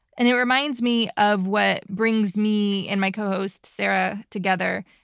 and it reminds me of what brings me and my co host sarah together.